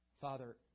Father